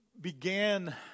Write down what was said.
began